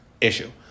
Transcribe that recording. issue